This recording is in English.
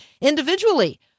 individually